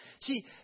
See